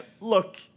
look